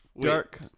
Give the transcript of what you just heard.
Dark